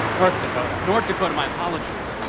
north dakota. north dakota my apologies.